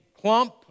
clump